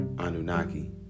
Anunnaki